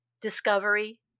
Discovery